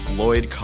Lloyd